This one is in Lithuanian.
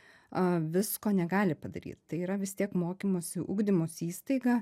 a visko negali padaryt tai yra vis tiek mokymosi ugdymosi įstaigą